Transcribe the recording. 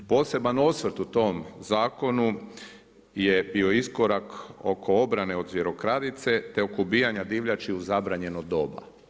Poseban osvrt u tom zakonu je bio iskorak od obrane od zvjerokradice, te oko ubijanja divljači u zabranjeno doba.